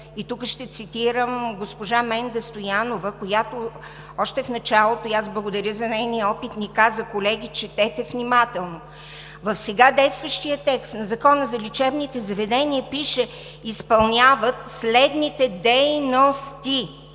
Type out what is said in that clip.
Тук ще цитирам и госпожа Менда Стоянова, която още в началото – и аз благодаря за нейния опит, ни каза: „Колеги, четете внимателно!“ В сега действащия текст на Закона за лечебните заведения пише: „Изпълняват следните дейности.“